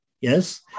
Yes